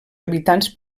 habitants